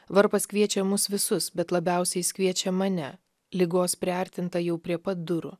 varpas kviečia mus visus bet labiausiai jis kviečia mane ligos priartintą jau prie pat durų